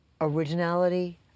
Originality